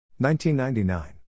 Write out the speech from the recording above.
1999